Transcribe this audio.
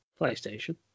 PlayStation